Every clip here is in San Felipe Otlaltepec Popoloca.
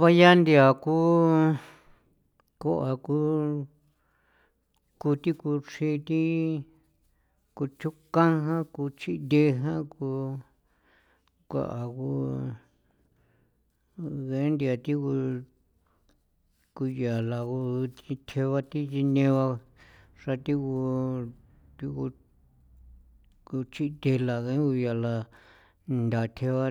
Baya nthia ku kua ku ku thi ku chri thi ku kuchukan jan, kuchinge jan, ku a kago ngee nthia thigu kuya la ku thithje ba thi gi neba xra thigu thigu kuchithje la ngee ngu ya la nthathjen ba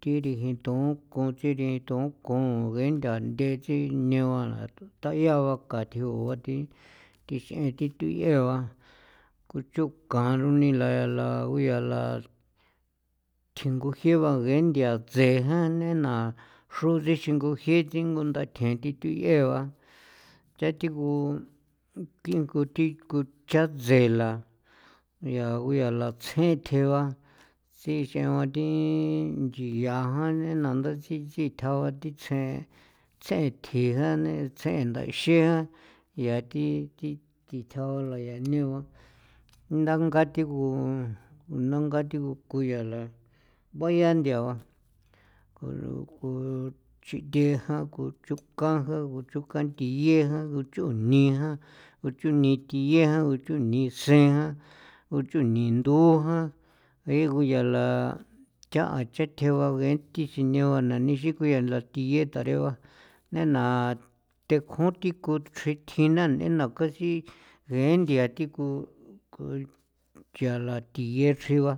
thi rijin thon ko thiri thon ko ngee tha nthetsi ne ba tayaa ba ka thiagua thi thi thixiin thi tu'yee ba kuchukan runi la la nguya la tjingu jie ba ngee nthia tseen jan nena xro sichingu jie thingu ndathjen thi tu'yee ba cha thigu kingo thi ku cha tseela yaa ngu ya la tse thjee ba sinche ba thi nchia jan nena ndachi tsitja ba thi tsjee tsethji jane tsjendaxi jan yaa thi thi thithja ba thi ne ba ndanga thigu nanga thigu kuya la bayan nthia ku lu kuchitie jan, kuchukan jan, kuchukan thiye jan, ngu chuni jan, nguchuni thiye jan, nguchuni ni see jan, nguchuni ndu jan, ngee ngu yala cha chathje ba ngee thi sine ba nanixin ku yaa la thiye tare ba nena thejun thi ku chjuthjina nena casi ngee nthia thi ku ku chala thiye chri ba.